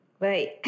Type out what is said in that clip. Right